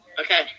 okay